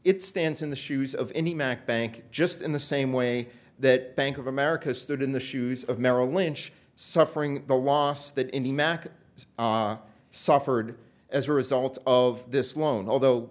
it stands in the shoes of any mac bank just in the same way that bank of america stood in the shoes of merrill lynch suffering the loss that indy mac has suffered as a result of this loan although